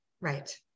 right